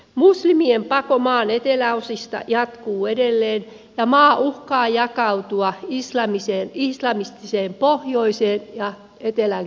muslimien pako maan eteläosista jatkuu edelleen ja maa uhkaa jakautua islamistiseen pohjoiseen ja etelän kristittyihin